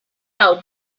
out